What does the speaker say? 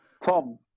Tom